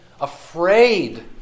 afraid